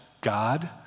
God